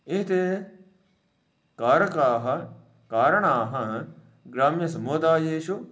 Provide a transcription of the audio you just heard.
एते कारणाः कारणाः ग्राम्यसमुदायेषु